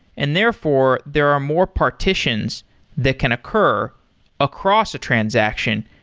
and therefore, there are more partitions that can occur across a transaction.